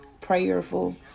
prayerful